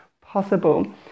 possible